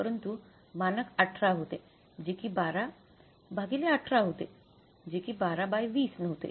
परंतु मानक १८ होते जे कि १२ १८ होते जे कि १२२० नव्हते